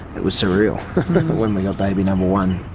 it was surreal when we got baby number one.